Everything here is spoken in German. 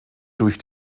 durch